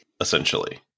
essentially